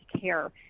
care